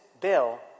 bill